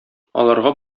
аларга